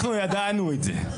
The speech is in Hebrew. אנחנו ידענו את זה.